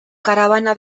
caravana